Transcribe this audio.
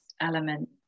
element